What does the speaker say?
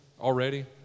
already